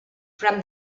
from